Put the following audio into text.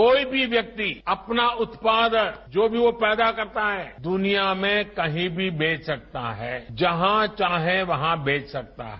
कोई भी व्यक्ति अपना उत्पादन जो भी वो पैदा करता है दुनिया में कहीं भी बेच सकता है जहां चाहे वहां बेच सकता है